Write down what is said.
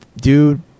Dude